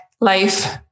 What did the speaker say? life